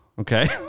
Okay